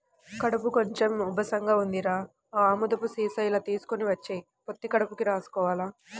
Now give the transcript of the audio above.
కడుపు కొంచెం ఉబ్బసంగా ఉందిరా, ఆ ఆముదం సీసా ఇలా తీసుకొని వచ్చెయ్, పొత్తి కడుపుకి రాసుకోవాల